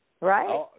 Right